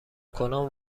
کنان